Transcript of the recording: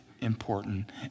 important